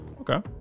Okay